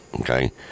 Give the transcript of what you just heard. okay